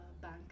bank